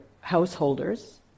householders